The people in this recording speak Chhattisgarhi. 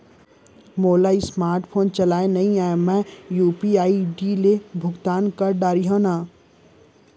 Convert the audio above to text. मोला स्मार्ट फोन चलाए नई आए मैं यू.पी.आई ले भुगतान कर डरिहंव न?